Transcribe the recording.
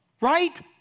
right